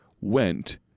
went